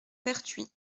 pertuis